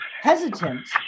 hesitant